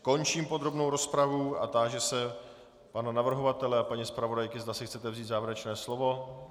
Končím podrobnou rozpravu a táži se pana navrhovatele a paní zpravodajky, zda si chcete vzít závěrečné slovo.